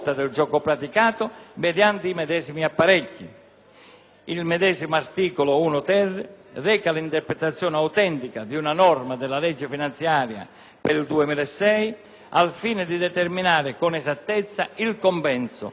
Il medesimo articolo 1-*ter* reca l'interpretazione autentica di una norma della legge finanziaria per il 2006, al fine di determinare con esattezza il compenso erogato ai concessionari della rete telematica